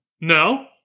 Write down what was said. No